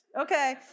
okay